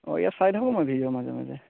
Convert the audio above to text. অ' ইয়াৰ চাই থাকোঁ মই ভিডিঅ' মাজে মাজে